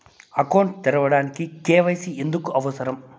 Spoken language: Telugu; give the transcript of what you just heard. అకౌంట్ తెరవడానికి, కే.వై.సి ఎందుకు అవసరం?